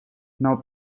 now